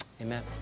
Amen